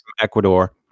Ecuador